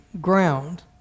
ground